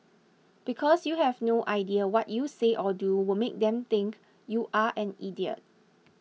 because you have no idea what you say or do will make them think you're an idiot